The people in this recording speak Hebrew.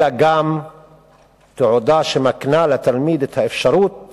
אלא גם תעודה שמקנה לתלמיד את האפשרות